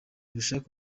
mushake